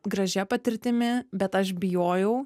gražia patirtimi bet aš bijojau